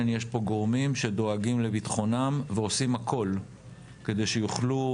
יש פה גורמים שדואגים לביטחונם ועושים הכול כדי שיוכלו